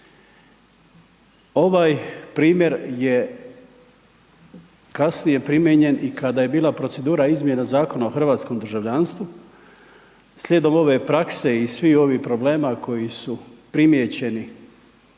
Ovaj primjer je kasnije primijenjen i kada je bila procedura izmjena Zakona o hrvatskom državljanstvu. Slijedom ove prakse i svi ovi problema koji su primijećeni